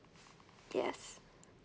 yes